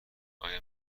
آیا